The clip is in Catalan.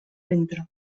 ventre